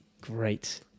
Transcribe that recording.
Great